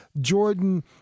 Jordan